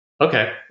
Okay